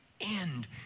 end